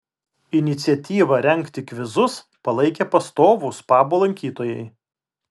iniciatyvą rengti kvizus palaikė pastovūs pabo lankytojai